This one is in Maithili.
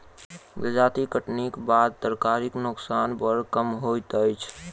जजाति कटनीक बाद तरकारीक नोकसान बड़ कम होइत अछि